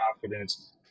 confidence